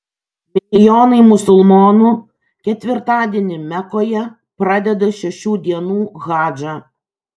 milijonai musulmonų ketvirtadienį mekoje pradeda šešių dienų hadžą